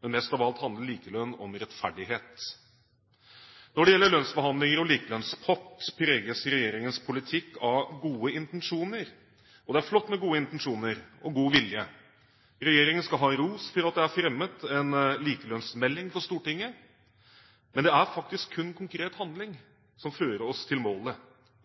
Men mest av alt handler likelønn om rettferdighet. Når det gjelder lønnsforhandlinger og likelønnspott, preges regjeringens politikk av gode intensjoner. Det er flott med gode intensjoner og god vilje. Regjeringen skal ha ros for at det er fremmet en likelønnsmelding for Stortinget, men det er faktisk kun konkret handling som fører oss til målet.